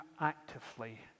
actively